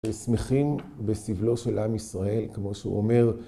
ושמחים בסבלו של עם ישראל, כמו שהוא אומר